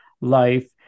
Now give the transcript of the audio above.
life